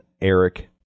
Eric